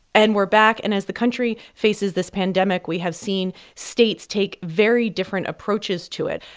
and we're back. and as the country faces this pandemic, we have seen states take very different approaches to it.